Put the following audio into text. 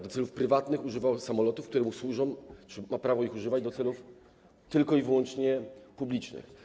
Do celów prywatnych używał on samolotów, które mu służą, których ma prawo używać do celów tylko i wyłącznie publicznych.